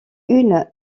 une